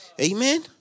Amen